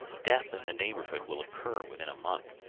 death in the neighborhood will occur within a month.